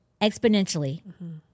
exponentially